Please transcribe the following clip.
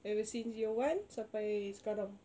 ever since year one sampai sekarang